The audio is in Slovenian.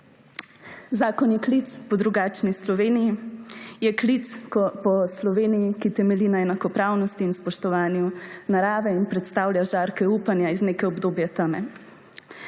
Zakon je klic po drugačni Sloveniji, ki temelji na enakopravnosti in spoštovanju narave in predstavlja žarke upanja iz nekega obdobja teme.